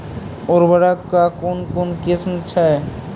उर्वरक कऽ कून कून किस्म छै?